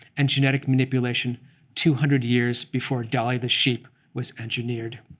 and genetic manipulation two hundred years before dolly the sheep was engineered.